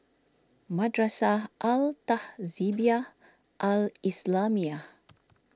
Madrasah Al Tahzibiah Al Islamiah